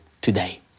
today